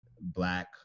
black